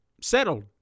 settled